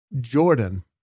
Jordan